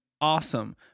awesome